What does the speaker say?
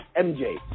MJ